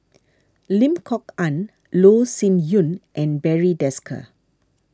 Lim Kok Ann Loh Sin Yun and Barry Desker